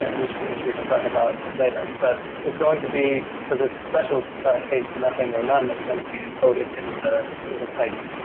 and which which we can talk about later. but it's going to be so this special case, nothing or none, is going to be encoded in the the type.